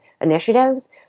initiatives